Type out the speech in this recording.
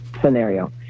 scenario